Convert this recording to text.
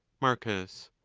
marcus.